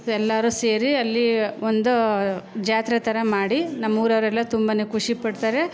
ಎಲ್ಲರೂ ಸೇರಿ ಅಲ್ಲಿ ಒಂದು ಜಾತ್ರೆ ಥರ ಮಾಡಿ ನಮ್ಮೂರವರೆಲ್ಲ ತುಂಬನೇ ಖುಷಿ ಪಡ್ತಾರೆ